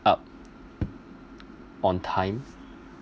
up on time